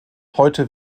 heute